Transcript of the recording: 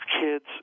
Kids